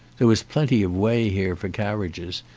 there was plenty of way here for carriages,